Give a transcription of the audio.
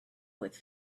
with